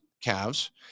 calves